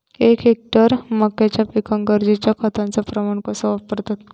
एक हेक्टर मक्याच्या पिकांका गरजेच्या खतांचो प्रमाण कसो वापरतत?